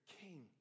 king